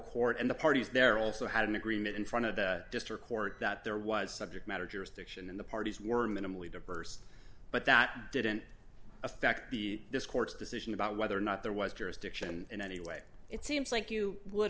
court and the parties there also had an agreement in front of the district court that there was subject matter jurisdiction in the parties were minimally diverse but that didn't affect the this court's decision about whether or not there was jurisdiction in any way it seems like you would